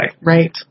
Right